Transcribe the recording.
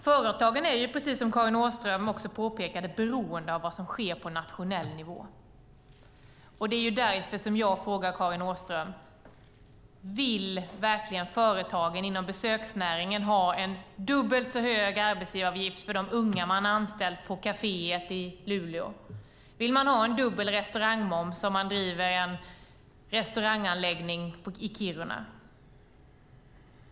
Företagen är, precis som Karin Åström påpekade, beroende av vad som sker på nationell nivå. Det är därför som jag frågar Karin Åström: Vill företagen inom besöksnäringen verkligen ha en dubbelt så hög arbetsgivaravgift för de unga som de har anställt på kaféet i Luleå? Vill man ha en dubbel restaurangmoms om man driver en restauranganläggning i Kiruna?